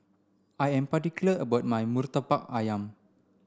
I am particular about my Murtabak Ayam